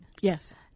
Yes